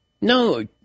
No